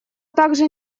также